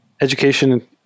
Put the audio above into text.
education